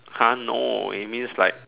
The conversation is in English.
!huh! no it means like